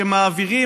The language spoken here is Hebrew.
שמעבירים,